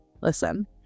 Listen